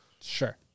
Sure